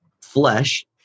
flesh